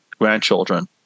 grandchildren